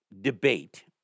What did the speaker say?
debate